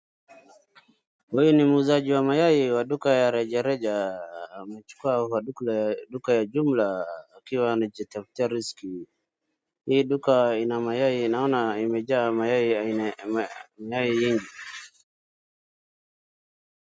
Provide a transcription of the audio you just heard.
huyu ni muuzaji wa mayai wa duka ya rejareja amechukua duka ya jumla akiwa amejitafutia riziki ,hii duka ina mayaai naona imejaa mayai